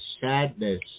sadness